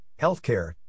healthcare